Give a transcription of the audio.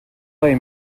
play